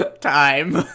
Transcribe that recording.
time